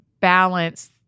balance